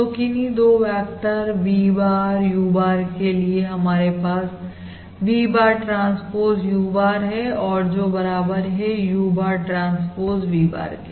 तो किन्ही दो vector V bar U bar के लिए हमारे पास V bar transpose U bar है और जो बराबर है U bar transpose V bar के